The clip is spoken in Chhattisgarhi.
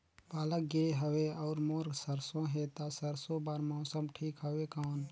पाला गिरे हवय अउर मोर सरसो हे ता सरसो बार मौसम ठीक हवे कौन?